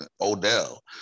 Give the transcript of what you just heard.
Odell